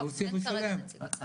לא, אין כרגע נציג מהאוצר.